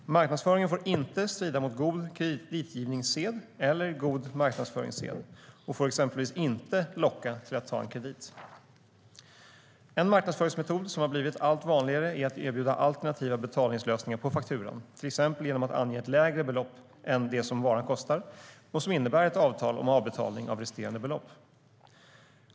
Marknadsföringen får inte strida mot god kreditgivningssed eller god marknadsföringssed och får exempelvis inte locka till att ta en kredit. En marknadsföringsmetod som har blivit allt vanligare är att erbjuda alternativa betalningslösningar på fakturan, till exempel genom att ange ett lägre belopp än det som varan kostar och som innebär ett avtal om avbetalning av resterande belopp.